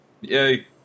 yay